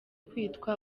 kwitwa